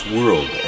World